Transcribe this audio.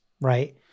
right